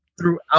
throughout